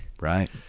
Right